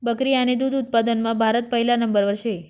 बकरी आणि दुध उत्पादनमा भारत पहिला नंबरवर शे